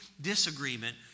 disagreement